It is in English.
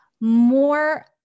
more